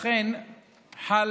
לכן חל